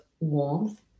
warmth